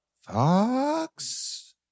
Fox